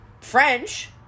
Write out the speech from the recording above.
French